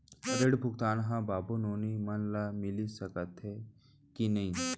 ऋण भुगतान ह बाबू नोनी मन ला मिलिस सकथे की नहीं?